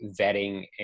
vetting